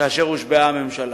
כאשר הושבעה הממשלה.